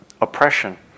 oppression